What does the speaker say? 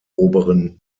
oberen